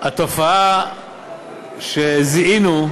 התופעה שזיהינו,